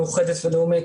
מאוחדת ולאומית,